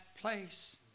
place